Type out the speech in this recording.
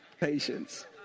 patience